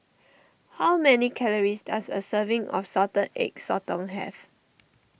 how many calories does a serving of Salted Egg Sotong have